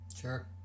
Sure